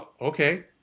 okay